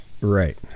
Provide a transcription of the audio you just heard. Right